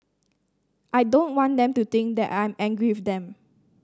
I don't want them to think that I am angry with them